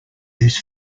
this